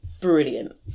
brilliant